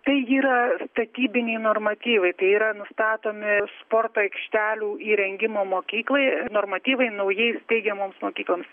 tai yra statybiniai normatyvai tai yra nustatomi sporto aikštelių įrengimo mokyklai normatyvai naujai steigiamoms mokykloms